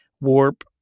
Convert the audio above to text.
warp